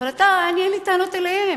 אין לי טענות אליהם.